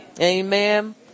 Amen